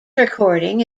recording